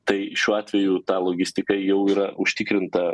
tai šiuo atveju ta logistika jau yra užtikrinta